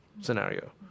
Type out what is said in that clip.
scenario